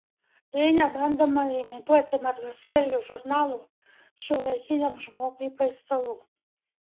jei nebandoma imituoti margaspalvių žurnalų šiuolaikiniam žmogui paistalų